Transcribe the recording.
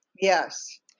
Yes